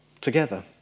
together